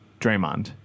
draymond